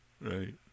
Right